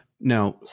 Now